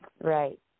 Right